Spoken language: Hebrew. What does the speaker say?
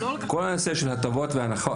כל הנושא של הטבות והנחות,